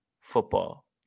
football